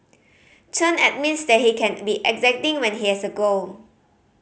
Chen admits that he can be exacting when he has a goal